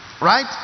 Right